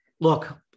look